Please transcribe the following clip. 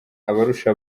abarusha